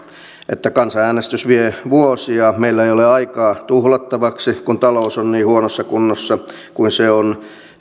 kansanäänestys vie vuosia meillä ei ole aikaa tuhlattavaksi kun talous on niin huonossa kunnossa kuin se on